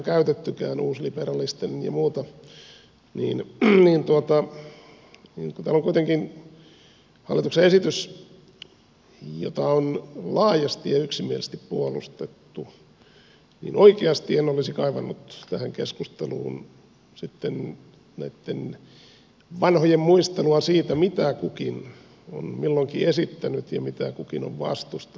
uusliberalistinen ja muuta mutta kun täällä on kuitenkin hallituksen esitys jota on laajasti ja yksimielisesti puolustettu niin oikeasti en olisi kaivannut tähän keskusteluun sitten näitten vanhojen muistelua siitä mitä kukin on milloinkin esittänyt ja mitä kukin on vastustanut